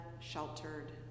sheltered